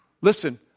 Listen